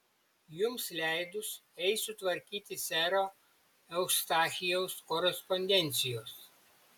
jums leidus eisiu tvarkyti sero eustachijaus korespondencijos